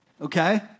Okay